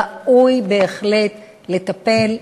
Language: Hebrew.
ראוי בהחלט לטפל,